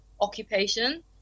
occupation